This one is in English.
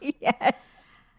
Yes